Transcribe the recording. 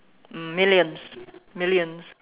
um millions millions